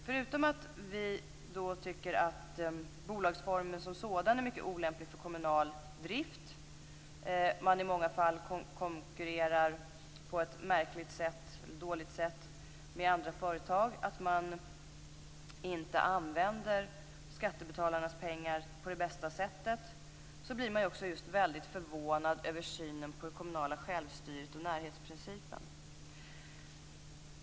Förutom att vi tycker att bolagsformen som sådan är mycket olämplig för kommunal drift - man konkurrerar i många fall på ett dåligt sätt med andra företag, att man inte använder skattebetalarnas pengar på det bästa sättet - blir man också väldigt förvånad över synen på det kommunala självstyret och närhetsprincipen.